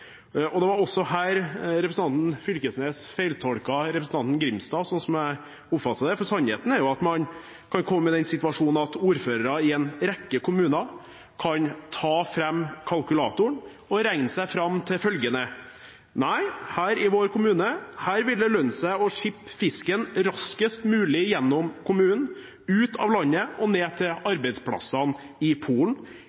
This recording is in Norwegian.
arbeidsplasser. Det var også her representanten Knag Fylkesnes feiltolket representanten Grimstad, sånn som jeg oppfattet det. For sannheten er jo at man kan komme i den situasjonen at ordførere i en rekke kommuner tar fram kalkulatoren og regner seg fram til følgende: Nei, her i vår kommune vil det lønne seg å skipe fisken raskest mulig gjennom kommunen, ut av landet og ned til